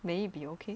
may it be okay